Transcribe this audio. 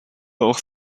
auch